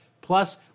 Plus